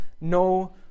no